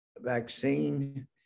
vaccine